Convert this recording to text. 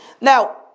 Now